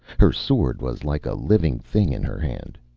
her sword was like a living thing in her hand.